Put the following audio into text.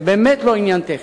זה באמת לא עניין טכני,